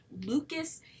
Lucas